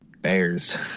Bears